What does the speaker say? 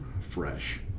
fresh